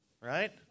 right